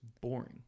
boring